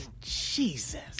Jesus